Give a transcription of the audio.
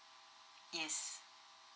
yes